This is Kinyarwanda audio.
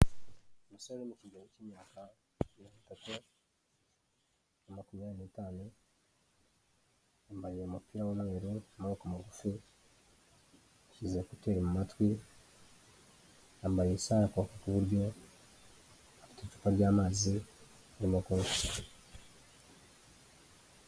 Umusore mu kigero cy'imyaka makumyabiri n'itatu na makumyabiri n'itanu, yambaye umupira n'umweru w'amaboko mugufi, yashyize ekuteri mu matwi, yambaye isaha ku kuboko kw'iburyo, afite icupa ry'amazi ari kunywa.